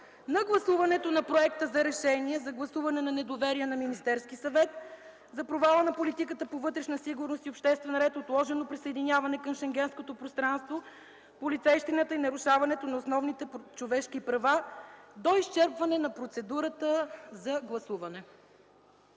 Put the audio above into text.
на гласуването на Проекта за решение за гласуване на недоверие на Министерския съвет за провала на политиката по вътрешна сигурност и обществен ред, отложеното присъединяване към Шенгенското пространство, полицейщината и нарушаването на основните човешки права до изчерпване на процедурата за гласуване.